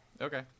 Okay